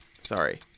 sorry